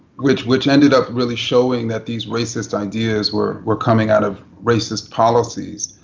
which which ended up really showing that these racist ideas were were coming out of racist policies.